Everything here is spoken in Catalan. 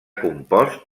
compost